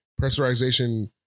pressurization